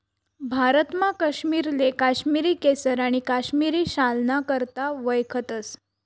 भारतमा काश्मीरले काश्मिरी केसर आणि काश्मिरी शालना करता वयखतस